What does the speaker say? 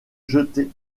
jeter